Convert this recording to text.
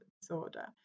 disorder